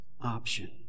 option